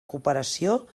cooperació